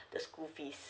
the school fees